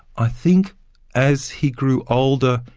i think as he grew older,